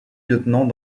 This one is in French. lieutenant